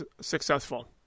successful